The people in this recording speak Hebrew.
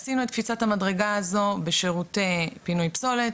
עשינו את קפיצת המדרגה הזו בשירותי פינוי פסולת,